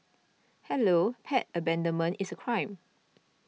hello pet abandonment is a crime